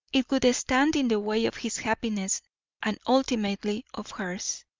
it would stand in the way of his happiness and ultimately of hers